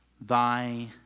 thy